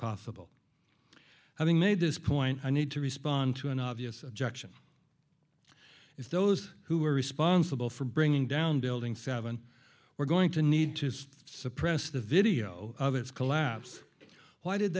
possible having made this point i need to respond to an obvious objection is those who were responsible for bringing down building seven were going to need to suppress the video of its collapse why did